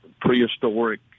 prehistoric